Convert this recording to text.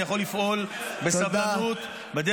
אני יכול לפעול בסבלנות,